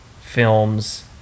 films